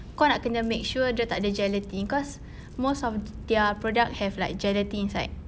kau nak kena make sure dia tak ada gelatin cause most of their product have like gelatin inside